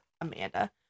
Amanda